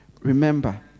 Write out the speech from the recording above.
remember